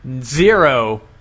zero